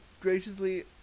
graciously